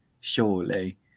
surely